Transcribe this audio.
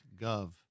Gov